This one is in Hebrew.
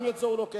גם את זה הוא לוקח.